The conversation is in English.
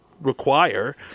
require